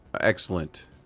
Excellent